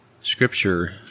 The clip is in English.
Scripture